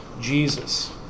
Jesus